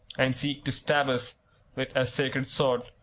and seek to stab us with a sacred sword.